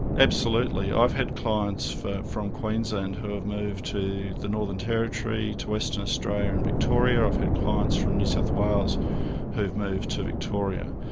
absolutely i've had clients from queensland who have moved to the northern territory, to western australia and victoria. i've had clients from new south wales who've moved to victoria,